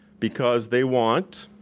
because they want